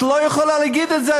את לא יכולה להגיד את זה,